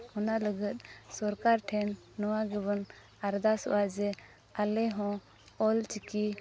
ᱚᱱᱟ ᱞᱟᱹᱜᱤᱫ ᱥᱚᱨᱠᱟᱨ ᱴᱷᱮᱱ ᱱᱚᱣᱟ ᱜᱮᱵᱚᱱ ᱟᱨᱫᱟᱥᱚᱜᱼᱟ ᱡᱮ ᱟᱞᱮ ᱦᱚᱸ ᱚᱞᱪᱤᱠᱤ